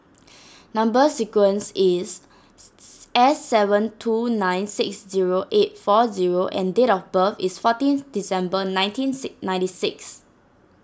Number Sequence is S seven two nine six zero eight four zero and date of birth is fourteenth December nineteen sic ninety six